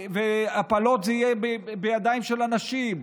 והפלות יהיו בידיים של הנשים,